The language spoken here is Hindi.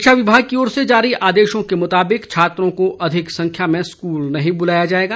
शिक्षा विभाग की ओर से जारी आदेशों के मुताबिक छात्रों को अधिक संख्या में स्कूल नहीं बुलाया जाएगा